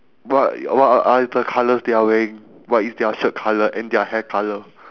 but y~ what are are the colours they are wearing what is their shirt colour and their hair colour